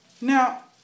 Now